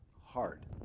hard